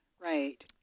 right